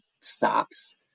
stops